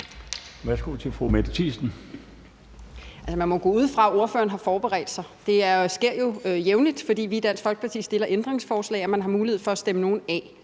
Kl. 11:47 Mette Thiesen (DF): Man må gå ud fra, at ordføreren har forberedt sig. Det sker jo jævnligt, fordi vi i Dansk Folkeparti stiller ændringsforslag, at man har mulighed for at stemme nogen af